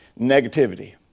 negativity